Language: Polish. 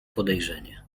podejrzenie